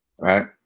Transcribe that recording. Right